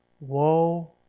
Woe